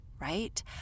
right